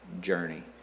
journey